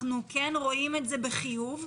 אנחנו רואים זאת בחיוב,